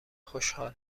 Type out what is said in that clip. خوشحال